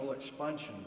expansion